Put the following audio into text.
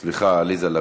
עליזה לביא.